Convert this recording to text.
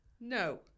No